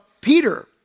Peter